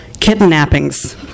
kidnappings